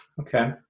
okay